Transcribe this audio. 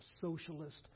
socialist